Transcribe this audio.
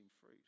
fruit